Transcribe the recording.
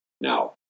Now